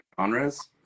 genres